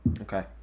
okay